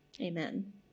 Amen